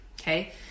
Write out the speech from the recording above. okay